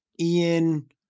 Ian